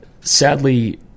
Sadly